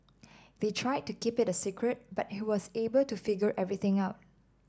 they tried to keep it a secret but he was able to figure everything out